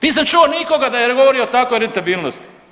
Nisam čuo nikoga da je govorio o takvoj rentabilnosti.